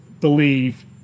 believe